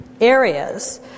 areas